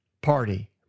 party